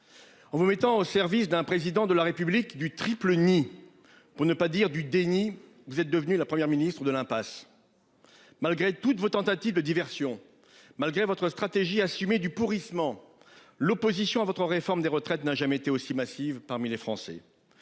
On vous mettant au service d'un président de la République du triple ni pour ne pas dire du déni. Vous êtes devenu la première Ministre de l'impasse. Malgré toutes vos tentatives de diversion malgré votre stratégie assumée du pourrissement. L'opposition à votre réforme des retraites n'a jamais été aussi massive. Parmi les Français.